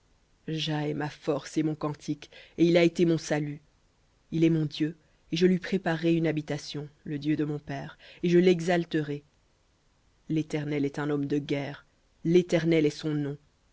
est ma force et mon cantique et il a été mon salut il est mon dieu et je lui préparerai une habitation le dieu de mon père et je lirai léternel est un homme de guerre l'éternel est son nom